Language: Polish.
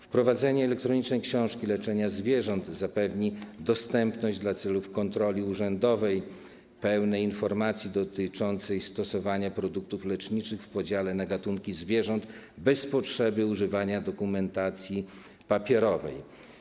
Wprowadzenie elektronicznej książki leczenia zwierząt zapewni dostępność dla celów kontroli urzędowej pełnej informacji dotyczącej stosowania produktów leczniczych w podziale na gatunki zwierząt bez potrzeby używania dokumentacji papierowej.